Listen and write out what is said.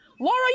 Laura